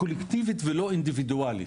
ולא אינדיבידואלית,